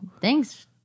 Thanks